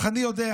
אך אני יודע,